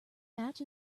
match